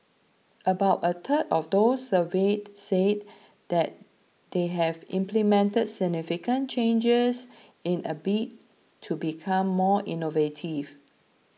about a third of those surveyed said that they have implemented significant changes in a bid to become more innovative